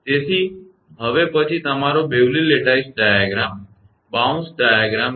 તેથી હવે પછી તમારો Bewley lattice diagram bounce diagram છે